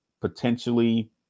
potentially